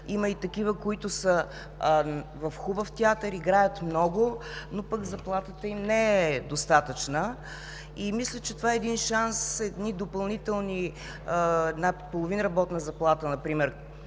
Има и такива, които са в хубав театър, играят много, но пък заплатата им не е достатъчна. Мисля, че това е един шанс за допълнително – половин работна заплата например,